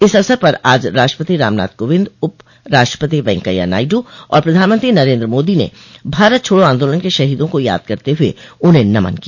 इस अवसर पर आज राष्ट्रपति रामनाथ कोविंद उप राष्ट्रपति वैंकैया नायडू और प्रधानमंत्री नरेन्द्र मोदी ने भारत छोड़ो आंदोलन के शहीदों को याद करते हुए उन्हें नमन किया